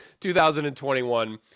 2021